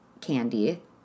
Candy